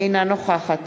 אינה נוכחת